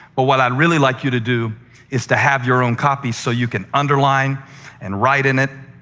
but what i'd really like you to do is to have your own copy so you can underline and write in it.